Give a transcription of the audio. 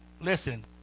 listen